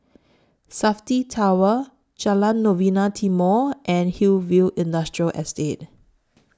Safti Tower Jalan Novena Timor and Hillview Industrial Estate